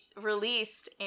released